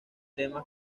temas